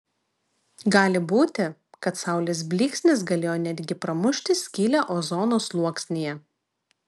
gali būti kad saulės blyksnis galėjo net gi pramušti skylę ozono sluoksnyje